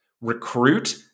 recruit